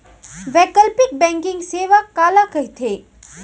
वैकल्पिक बैंकिंग सेवा काला कहिथे?